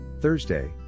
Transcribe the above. Thursday